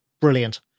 brilliant